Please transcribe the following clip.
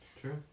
True